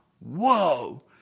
whoa